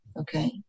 okay